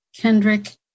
kendrick